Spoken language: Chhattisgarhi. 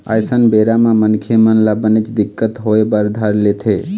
अइसन बेरा म मनखे मन ल बनेच दिक्कत होय बर धर लेथे